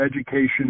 education